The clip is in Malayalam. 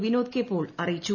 വിനോദ് കെ പോൾ അറിയിച്ചു